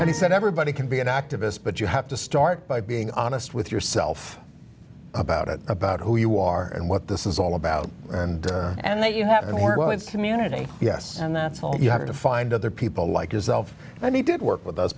and he said everybody can be an activist but you have to start by being honest with yourself about it about who you are and what this is all about and that you happened here well it's community yes and that's all you have to find other people like yourself i mean did work with